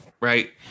Right